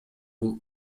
бул